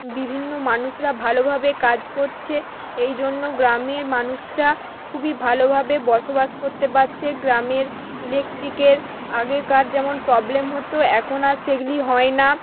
বিভিন্ন মানুষরা ভালোভাবে কাজ করছে এই জন্য গ্রামের মানুষরা খুবই ভালোভাবে বসবাস করতে পারছে গ্রামের ইলেকট্রিকের আগেকার যেমন প্রবলেম হতো এখন আর সেগুলি হয় না